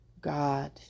God